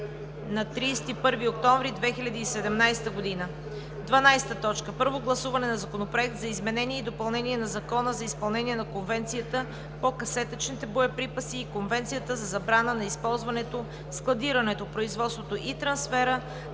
на 31 октомври 2017 г. 12. Първо гласуване на Законопроекта за изменение и допълнение на Закона за изпълнение на Конвенцията по касетъчните боеприпаси и Конвенцията за забраната на използването, складирането, производството и трансфера